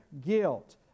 guilt